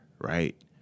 right